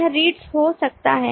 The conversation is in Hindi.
यह READS हो सकता है